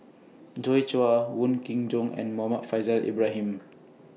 Joi Chua Wong Kin Jong and Muhammad Faishal Ibrahim